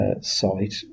site